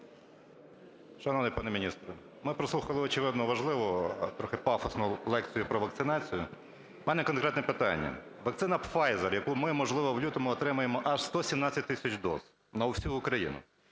Шановний пане міністр, ми прослухали, очевидно, важливу, трохи пафосну лекцію про вакцинацію. У мене конкретне питання. Вакцина Pfizer, яку ми, можливо, в лютому отримаємо аж 117 тисяч доз на всю Україну.